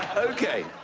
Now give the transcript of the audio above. ok.